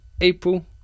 April